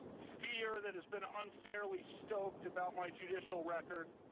fear that has been unfairly stoked about my judicial record,